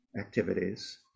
activities